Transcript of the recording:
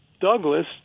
Douglas